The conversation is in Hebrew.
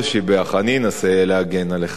אני אנסה להגן עליך בעניין הזה.